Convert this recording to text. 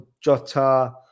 Jota